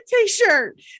t-shirt